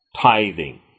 tithing